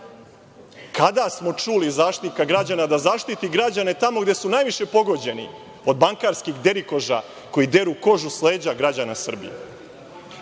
Kada smo čuli Zaštitnika građana da zaštiti građane tamo gde su najviše pogođeni, od bankarskih derikoža koji deru kožu s leđa građana Srbije? Imamo